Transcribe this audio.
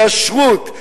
ישרות,